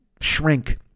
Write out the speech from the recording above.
shrink